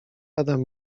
adam